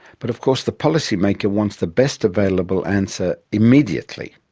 but of course the policy-maker wants the best available answer immediately.